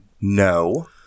no